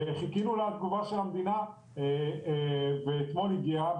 חיכינו לתגובה של המדינה ואתמול הגיעה,